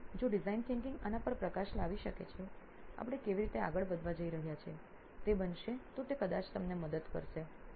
તેથી જો ડિઝાઇન વિચારસરણી આના પર પ્રકાશ લાવી શકે છે આપણે કેવી રીતે આગળ વધવા જઈ રહ્યા છીએ તે બનશે તો તે કદાચ તમને મદદ કરશે